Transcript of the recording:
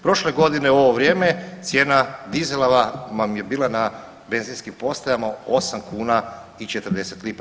Prošle godine u ovo vrijeme cijena dizela vam je bila na benzinskim postajama 8 kuna i 40 lipa.